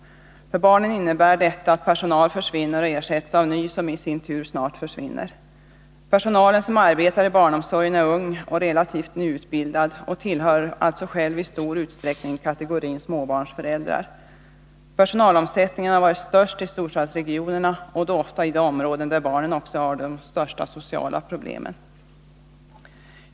För barnen innebär detta att personal försvinner och ersätts av ny som i sin tur snart försvinner. Personalen som arbetar i barnomsorgen är ung och relativt nyutbildad och tillhör alltså själv i stor utsträckning kategorin småbarnsföräldrar. Personalomsättningen har varit störst i storstadsregionerna och då ofta i de områden där barnen också har de största sociala problemen.